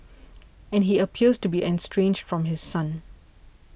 and he appears to be estranged from his son